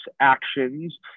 actions